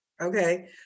Okay